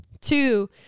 two